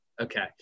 Okay